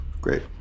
Great